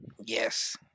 Yes